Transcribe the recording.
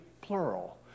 plural